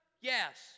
Yes